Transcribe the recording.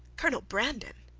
colonel brandon!